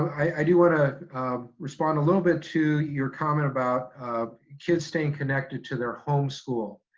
i do want to um respond a little bit to your comment about kids staying connected to their home school.